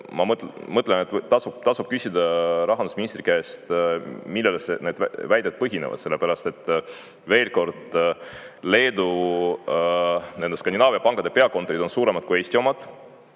ma mõtlen, et tasub küsida rahandusministri käest, millel need väited põhinevad, sellepärast et, veel kord, Leedu nende Skandinaavia pankade peakontorid on suuremad kui Eesti omad.